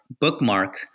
bookmark